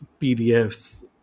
PDFs